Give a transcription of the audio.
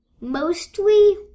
mostly